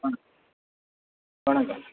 ஆ வணக்கம்